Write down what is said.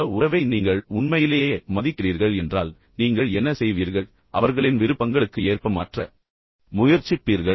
அந்த உறவை நீங்கள் உண்மையிலேயே மதிக்கிறீர்கள் என்றால் நீங்கள் என்ன செய்வீர்கள் அவர்களின் விருப்பங்களுக்கு ஏற்ப மாற்ற முயற்சிப்பீர்கள்